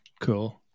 Cool